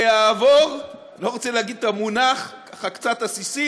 זה יעבור, לא רוצה להגיד את המונח, ככה קצת עסיסי,